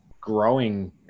growing